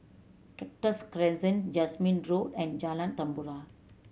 Cactus Crescent Jasmine Road and Jalan Tempua